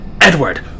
edward